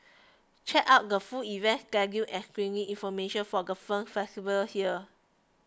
check out the full event schedule and screening information for the film festival here